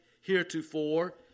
heretofore